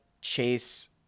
chase –